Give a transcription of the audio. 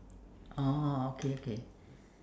oh okay okay